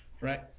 right